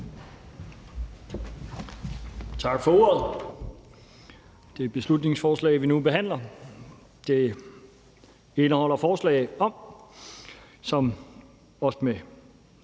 Tak for ordet. Det beslutningsforslag, vi nu behandler, indeholder forslag om, som også